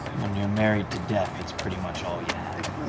when you're married to death, it's pretty much all you have.